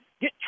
get